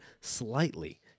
slightly